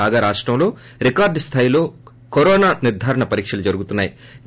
కాగా రాష్టంలో రికార్లు స్థాయిలో కరోనా నిర్ధారణ పరీక్షలు జరుగుతున్నా యి